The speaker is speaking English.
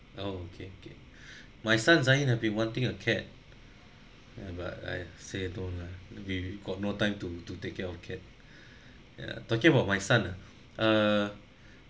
oh K K my son zain have been wanting a cat ya but I say don't lah we got no time to to take care of cat ya talking about my son ah err